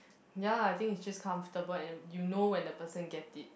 ya I think it's just comfortable and you know when the person get it